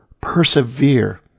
persevere